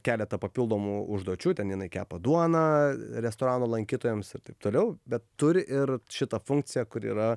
keletą papildomų užduočių ten jinai kepa duoną restorano lankytojams ir taip toliau bet turi ir šitą funkciją kur yra